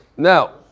Now